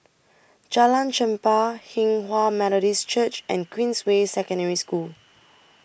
Jalan Chempah Hinghwa Methodist Church and Queensway Secondary School